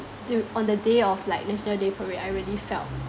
the on the day of like national day parade I really felt